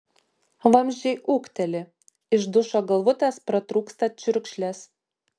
vamzdžiai ūkteli iš dušo galvutės pratrūksta čiurkšlės